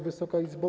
Wysoka Izbo!